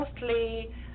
mostly